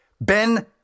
Ben